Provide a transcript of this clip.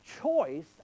choice